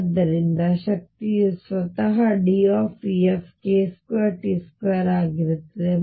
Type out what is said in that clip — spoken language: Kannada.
ಆದ್ದರಿಂದ ಶಕ್ತಿಯು ಸ್ವತಃ DFk2T2 ಆಗಿರುತ್ತದೆ